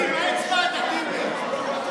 מה הצבעת, טיבי?